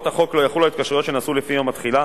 החוק לא יחולו על התקשרויות שנעשו לפני יום התחילה,